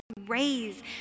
raise